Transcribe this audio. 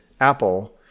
Apple